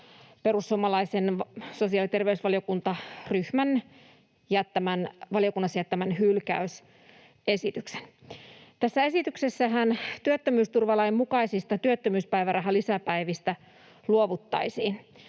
perussuomalaisen sosiaali- ja terveysvaliokuntaryhmän valiokunnassa jättämän hylkäysesityksen. Tässä esityksessähän työttömyysturvalain mukaisista työttömyyspäivärahalisäpäivistä luovuttaisiin.